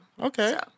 Okay